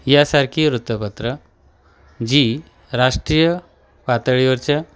यासारखी वृत्तपत्रं जी राष्ट्रीय पातळीवरच्या